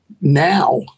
now